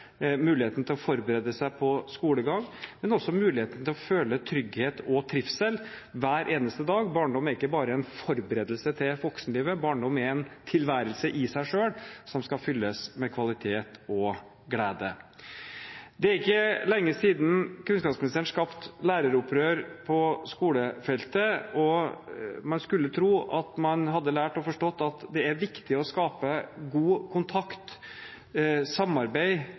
muligheten til å forberede seg på skolegang, men også muligheten til å føle trygghet og trivsel hver eneste dag. Barndom er ikke bare en forberedelse til voksenlivet. Barndom er en tilværelse i seg selv som skal fylles med kvalitet og glede. Det er ikke lenge siden kunnskapsministeren skapte læreropprør på skolefeltet, og man skulle tro at man hadde lært og forstått at det er viktig å skape god kontakt, samarbeid